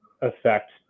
affect